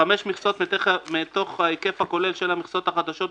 " חמש מכסות מתוך ההיקף הכולל של המכסות החדשות,